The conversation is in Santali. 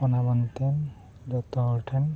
ᱚᱱᱟ ᱵᱟᱝᱛᱮᱱ ᱡᱚᱛᱚ ᱦᱚᱲ ᱴᱷᱮᱱ